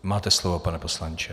Máte slovo, pane poslanče.